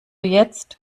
jetzt